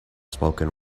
spoken